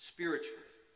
Spiritually